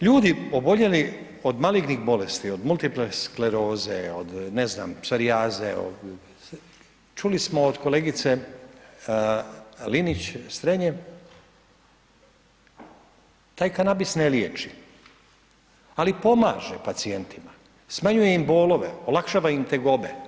Ljudi oboljeli od malignih bolesti od multiple skleroze, od ne znam, psorijaze, od, čuli smo od kolegice, Linić Strenje, taj kanabis ne liječi, ali pomaže pacijentima, smanjuje im bolove, olakšava im tegobe.